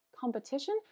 competition